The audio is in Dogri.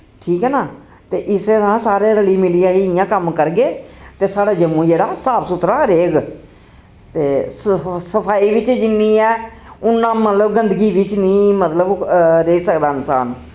ठीक ऐ ना ते इससे तराह् सारे रली मिल्लियै ही इयां कम्म करगे ते साढ़ा जम्मू जेह्ड़ा साफ सुथरा रेह्ग ते सफ सफाई बिच जिन्नी ऐ उन्ना मतलव गंदगी बिच निं मतलब रेही सकदा इंसान